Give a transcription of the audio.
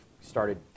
started